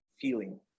feeling